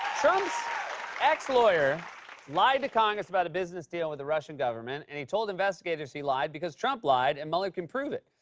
trump's ex-lawyer lied to congress about a business deal with the russian government, and he told investigators he lied because trump lied, and mueller can prove it.